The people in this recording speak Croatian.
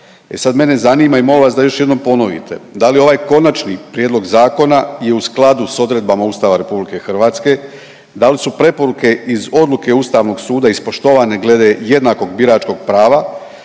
sad mene zanima i molim vas da još jednom ponovite, da li ovaj konačni prijedlog zakona je u skladu s odredbama Ustava RH, da li su preporuke iz odluke ustavnog suda ispoštovane glede jednakog biračkog prava